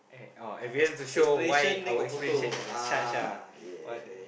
ah ex~ explanation then got photo ah yeah